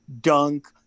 dunk